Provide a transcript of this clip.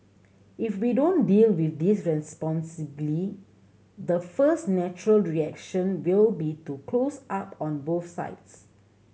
if we don't deal with this responsibly the first natural reaction will be to close up on both sides